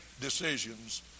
decisions